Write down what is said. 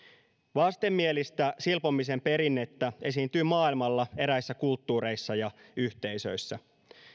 vastenmielistä silpomisen perinnettä esiintyy maailmalla eräissä kulttuureissa ja yhteisöissä